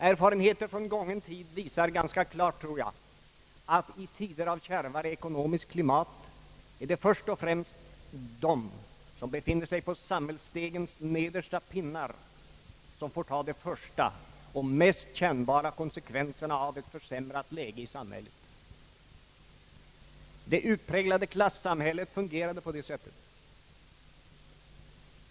Erfarenheter från gången tid visar ganska klart, tror jag, att i tider av kärvare ekonomiskt klimat först och främst de som befinner sig på samhällsstegens nedersta pinnar får ta de första och mest kännbara konsekvenserna av ett försämrat läge. Det utpräglade klasssamhället fungerade på det sättet.